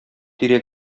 тирә